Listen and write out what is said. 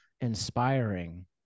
inspiring